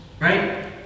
Right